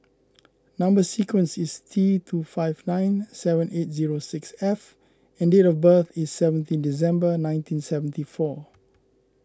Number Sequence is T two five nine seven eight zero six F and date of birth is seventeen December nineteen seventy four